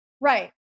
right